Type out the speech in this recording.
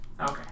Okay